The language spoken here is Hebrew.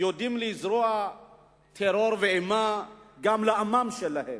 יודעים לזרוע טרור ואימה גם לעמם שלהם.